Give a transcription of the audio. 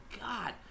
god